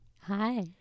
Hi